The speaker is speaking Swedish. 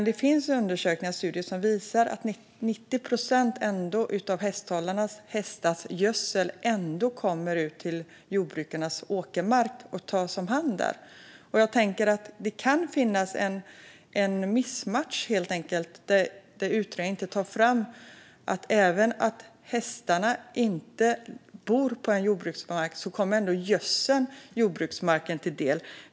Det finns undersökningar och studier som visar att 90 procent av hästhållarnas häststallgödsel ändå kommer ut till jordbrukarnas åkermark och tas om hand där. Det kan finnas en missmatch helt enkelt. Utredningen tar inte fram att även om hästarna inte bor på en jordbruksmark kommer ändå gödseln jordbruksmarken till del.